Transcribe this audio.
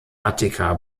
attika